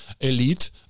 elite